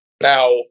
Now